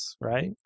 right